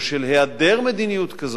או של היעדר מדיניות כזאת,